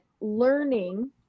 learning